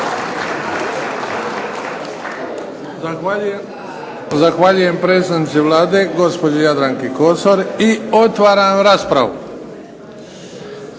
Zahvaljujem predsjednici Vlade gospođi Jadranki Kosor i otvaram raspravu.